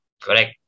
Correct